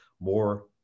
more